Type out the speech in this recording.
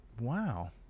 Wow